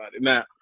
now